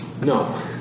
No